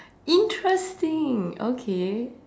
interesting okay